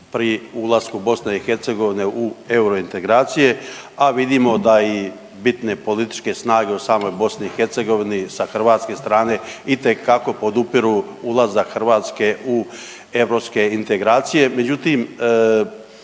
pri ulasku BiH u eurointegracije, a vidimo da i bitne političke snage u samoj BiH sa hrvatske strane itekako podupiru ulazak Hrvatske u europske integracije,